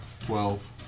Twelve